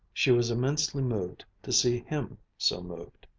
she was immensely moved to see him so moved.